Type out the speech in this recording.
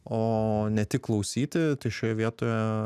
o ne tik klausyti tai šioje vietoje